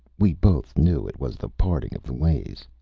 we both knew it was the parting of the ways.